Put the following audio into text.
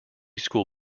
school